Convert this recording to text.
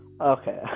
Okay